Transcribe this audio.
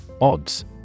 Odds